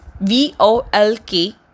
V-O-L-K